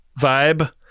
vibe